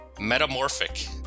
Metamorphic